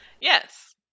Yes